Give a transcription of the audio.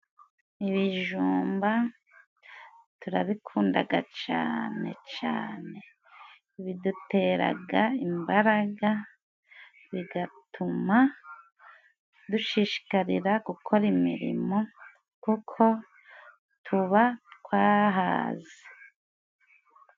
Ibijumba turabikundaga cane cane, biduteraga imbaraga bigatuma dushishikarira gukora imirimo kuko tuba twahaze.